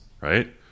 right